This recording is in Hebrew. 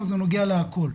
אבל זה נוגע לכל.